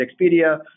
Expedia